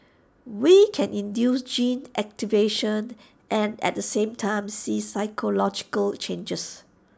we can induce gene activation and at the same time see physiological changes